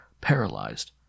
paralyzed